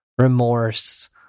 remorse